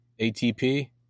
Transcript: ATP